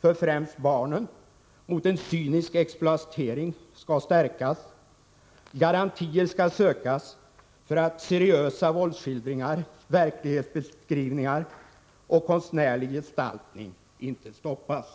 för främst barnen — mot en cynisk exploatering — skall stärkas. Garantier skall sökas för att seriösa våldsskildringar — med verklighetsbeskrivningar och konstnärlig gestaltning — inte stoppas.